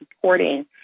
supporting